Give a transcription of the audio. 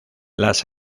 las